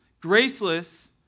graceless